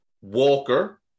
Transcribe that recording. Walker